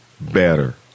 better